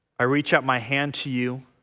i reach out my hand to you